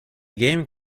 game